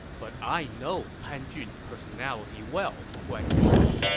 but i know pan jun's personality well, guan yu said.